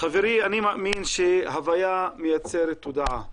חברים, אני מאמין שהווייה מייצרת תודעה.